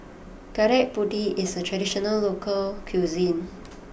Gudeg Putih is a traditional local cuisine